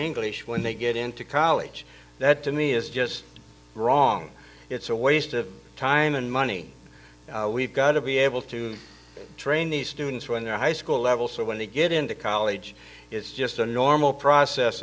english when they get into college that to me is just wrong it's a waste of time and money we've got to be able to train these students when they're high school level so when they get into college it's just a normal process